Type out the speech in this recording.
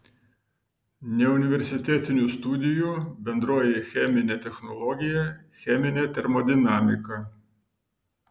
neuniversitetinių studijų bendroji cheminė technologija cheminė termodinamika